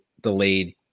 delayed